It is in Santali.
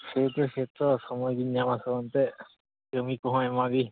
ᱥᱮᱭᱠᱮ ᱥᱮᱛᱚ ᱥᱚᱢᱚᱭᱜᱤᱧ ᱧᱟᱢᱟᱥᱮ ᱮᱱᱛᱮᱫ ᱡᱚᱢᱤ ᱠᱚᱦᱚᱸ ᱟᱭᱢᱟ ᱜᱮ